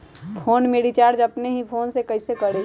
Phone में recharge अपने ही फ़ोन से कईसे करी?